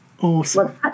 Awesome